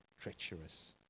treacherous